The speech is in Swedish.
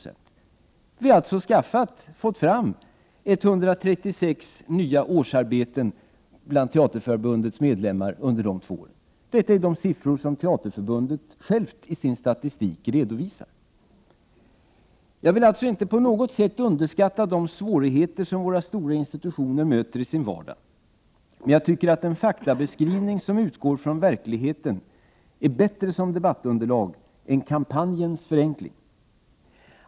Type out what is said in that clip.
Vi har alltså fått fram 136 nya årsarbeten bland Teaterförbundets medlemmar under dessa två år. Detta är siffror som Teaterförbundet självt redovisar i sin statistik. Jag vill på inget sätt underskatta de svårigheter som våra stora institutioner möter i sin vardag — men jag tycker att en faktabeskrivning som utgår från verkligheten är bättre som debattunderlag än kampanjens förenkling.